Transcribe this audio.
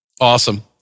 Awesome